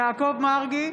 יעקב מרגי,